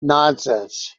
nonsense